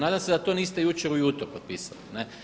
Nadam se da to niste jučer ujutro potpisali.